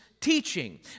Teaching